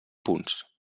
punts